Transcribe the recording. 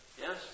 Yes